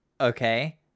okay